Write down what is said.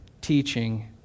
teaching